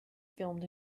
filmed